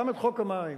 גם את חוק המים,